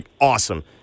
awesome